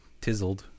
tizzled